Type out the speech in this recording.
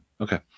Okay